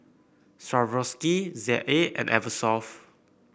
Swarovski Z A and Eversoft